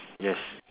yes